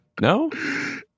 No